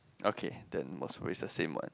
okay then what's it's always the same what